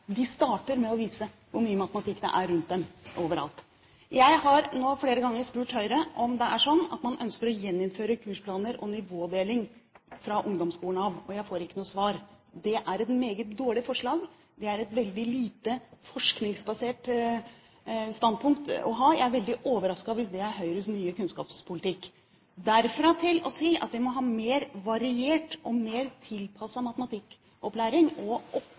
rundt dem overalt. Jeg har flere ganger spurt Høyre om det er sånn at man ønsker å gjeninnføre kursplaner og nivådeling fra ungdomsskolen av. Jeg får ikke noe svar. Det er et meget dårlig forslag, et veldig lite forskningsbasert standpunkt å ha. Jeg er veldig overrasket hvis dét er Høyres nye kunnskapspolitikk. Derfra til å si at vi må ha mer variert og mer tilpasset matematikkopplæring og